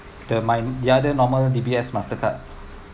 the mine the other normal D_B_S Mastercard